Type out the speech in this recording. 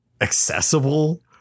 accessible